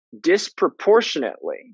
disproportionately